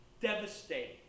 devastating